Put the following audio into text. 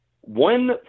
one